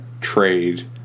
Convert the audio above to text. trade